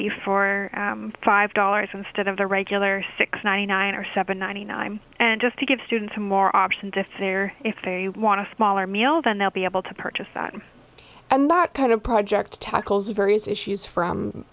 be for five dollars instead of the regular six ninety nine or seven ninety nine and just to give students some more options if they're if they want to smaller meal then they'll be able to purchase that and that kind of project tackles various issues from